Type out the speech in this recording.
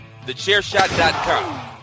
TheChairShot.com